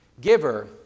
giver